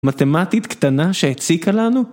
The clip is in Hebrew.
מתמטית קטנה שהציקה לנו?